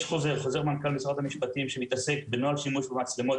יש חוזר מנכ"ל משרד המשפטים שמתעסק בנוהל שימוש במצלמות